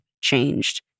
changed